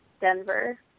Denver